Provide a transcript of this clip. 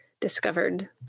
discovered